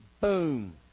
Boom